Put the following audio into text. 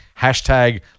Hashtag